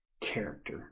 Character